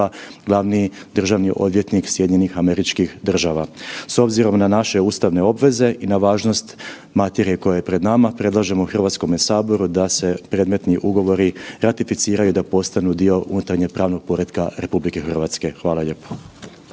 glavni državi odvjetnik SAD-a. S obzirom na naše ustavne obveze i na važnost materije koja je pred nama predlažemo Hrvatskom saboru da se predmetni ugovori ratificiraju i da postanu dio unutarnjeg pravnog poretka RH. Hvala lijepo.